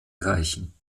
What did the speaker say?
reichen